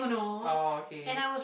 oh okay